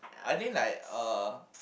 I think like uh